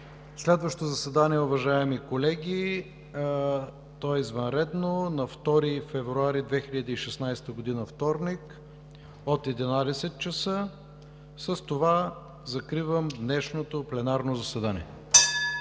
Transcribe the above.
Следващо заседание, уважаеми колеги, е извънредно – на 2 февруари 2016 г. – вторник, от 11,00 ч. Закривам днешното пленарно заседание.